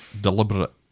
deliberate